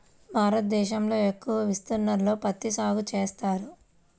భారతదేశంలో ఎక్కువ విస్తీర్ణంలో పత్తి సాగు చేస్తారు